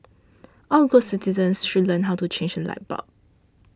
all good citizens should learn how to change a light bulb